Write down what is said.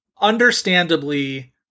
understandably